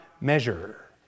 measure